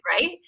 Right